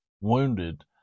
wounded